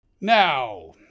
Now